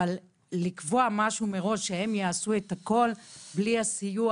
אבל לקבוע משהו מראש שהם יעשו הכול בלי הסיוע,